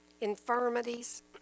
infirmities